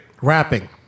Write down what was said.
Rapping